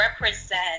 represent